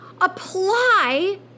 apply